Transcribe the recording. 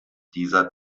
dieser